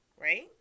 right